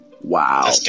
Wow